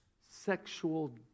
sexual